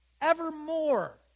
evermore